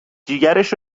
جیگرش